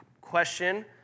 question